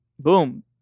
boom